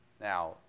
Now